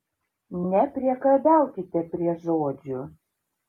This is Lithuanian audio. nepriekabiaukite prie žodžių